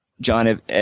John